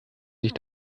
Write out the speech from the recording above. sich